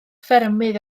ffermydd